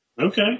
Okay